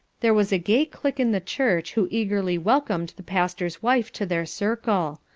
there was a gay clique in the church who eagerly welcomed the pastor's wife to their circle.